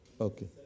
Okay